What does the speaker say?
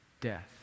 death